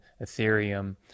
Ethereum